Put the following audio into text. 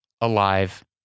alive